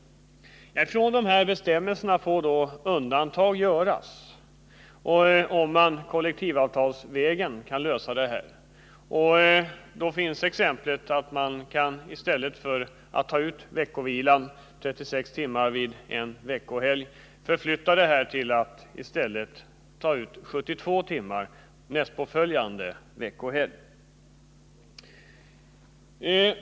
Från dessa bestämmelser får undantag göras i kollektivavtal. I stället för att ta ut veckovilan om 36 timmar ett veckoslut kan man skjuta på ledigheten och ta ut 72 timmars ledighet nästpåföljande veckoslut.